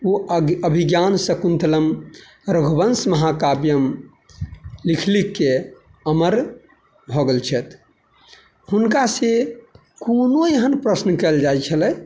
ओ अगि अभिज्ञान शाकुन्तलम् रघुवंश महाकाव्यम् लिखिके लिखिके अमर भऽ गेल छथि हुनकासँ कोनो एहन प्रश्न कयल जाइ छलै